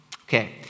okay